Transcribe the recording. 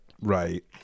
right